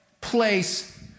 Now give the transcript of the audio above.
place